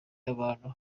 abantu